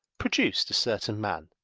produced a certain man,